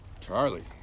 Charlie